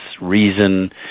reason